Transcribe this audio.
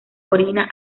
orina